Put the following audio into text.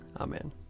Amen